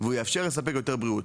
והוא יאפשר לספק יותר בריאות.